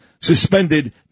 suspended